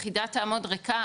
יחידה תעמוד ריקה,